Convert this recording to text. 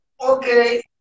Okay